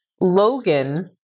Logan